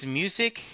music